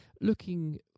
looking